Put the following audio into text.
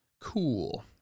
Cool